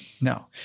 no